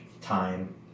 time